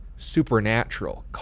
supernatural